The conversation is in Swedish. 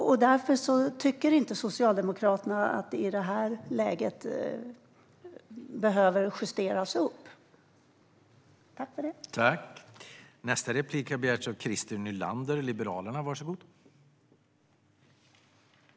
Socialdemokraterna tycker därför inte att det behöver justeras upp i detta läge.